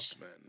man